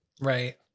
right